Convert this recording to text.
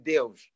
Deus